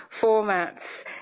formats